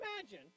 imagine